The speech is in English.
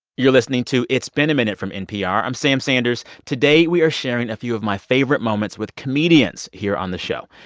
you're listening to it's been a minute from npr. i'm sam sanders. today, we are sharing a few of my favorite moments with comedians here on the show.